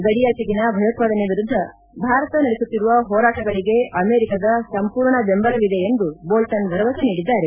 ಗಡಿಯಾಚೆಗಿನ ಭಯೋತ್ವಾದನೆ ವಿರುದ್ದ ಭಾರತ ನಡೆಸುತ್ತಿರುವ ಹೋರಾಟಗಳಿಗೆ ಅಮೆರಿಕದ ಸಂಪೂರ್ಣ ಬೆಂಬಲವಿದೆ ಎಂದು ಬೋಲ್ಟನ್ ಭರವಸೆ ನೀಡಿದ್ದಾರೆ